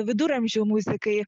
viduramžių muzikai